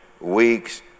weeks